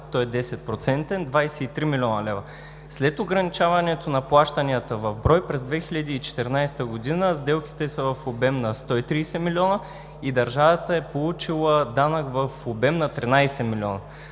– 23 млн. лв. След ограничаването на плащанията в брой, през 2014 г. сделките са в обем на 130 милиона и държавата е получила данък в обем на 13 милиона.